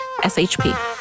SHP